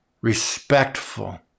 respectful